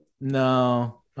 no